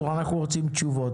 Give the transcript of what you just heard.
אנחנו רוצים תשובות.